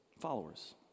followers